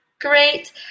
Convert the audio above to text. Great